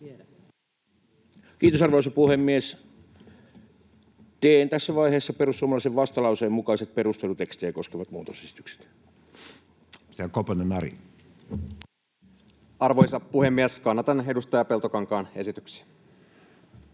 Kiitos, arvoisa puhemies! Teen tässä vaiheessa perussuomalaisten vastalauseen mukaiset perustelutekstejä koskevat muutosesitykset. Edustaja Koponen, Ari. Arvoisa puhemies! Kannatan edustaja Peltokankaan esityksiä.